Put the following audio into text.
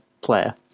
player